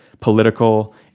political